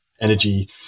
Energy